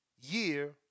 year